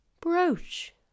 Brooch